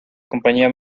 compañía